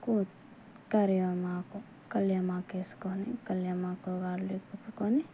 కరివేపాకు కలేమాకు వేసుకొని కలేమాకు కాడలు ఇప్పుకోని